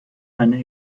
einen